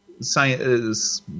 science